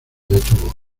detuvo